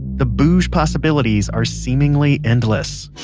the booj possibilities are seemingly endless